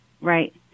Right